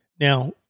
now